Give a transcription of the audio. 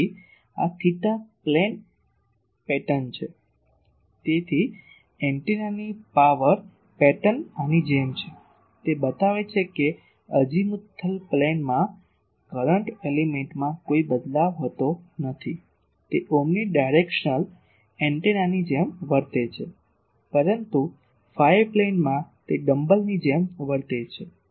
તેથી આ theta plane pattern છે તેથી એન્ટેનાની પાવર પેટર્ન આની જેમ છે તે બતાવે છે કે એઝીમુથલ પ્લેનમાં કરંટ એલીમેન્ટમાં કોઈ બદલાવ હોતો નથી તે ઓમ્ની ડિરેક્શનલ એન્ટેનાની જેમ વર્તે છે પરંતુ ફાઇ પ્લેનમાં તે ડમ્બલની જેમ વર્તે છે